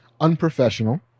Unprofessional